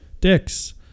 dicks